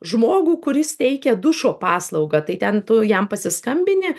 žmogų kuris teikia dušo paslaugą tai ten tu jam pasiskambini